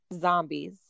zombies